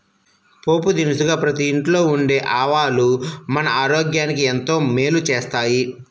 పోపు దినుసుగా ప్రతి ఇంట్లో ఉండే ఆవాలు మన ఆరోగ్యానికి ఎంతో మేలు చేస్తాయి